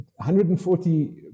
140